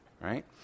right